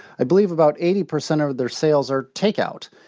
i believe about eighty percent of their sales are takeout.